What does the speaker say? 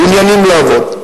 מעוניינים לעבוד.